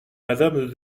madame